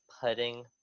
putting